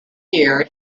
year